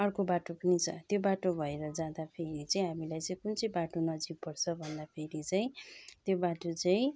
अर्को बाटो पनि छ त्यो बाटो भएर जाँदाखेरि चाहिँ हामीलाई चाहिँ कुन चाहिँ बाटो नजिक पर्छ भन्दाखेरि चाहिँ त्यो बाटो चाहिँ